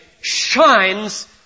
shines